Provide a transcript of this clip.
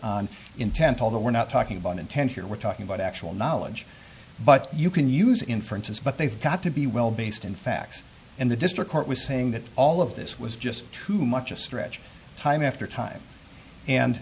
on intent although we're not talking about intent here we're talking about actual knowledge but you can use inferences but they've got to be well based on facts and the district court was saying that all of this was just too much a stretch time after time and